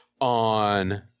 on